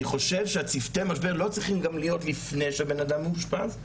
אני חושב שצוותי משבר לא צריכים להיות לפני שהבן-אדם מאושפז.